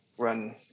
run